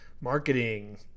marketing